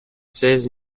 seize